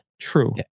True